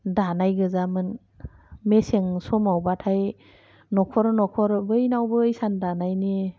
दानाय गोजामोन मेसें समावबाथाय न'खर न'खर बयनावबो इसान दानायनि